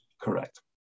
Correct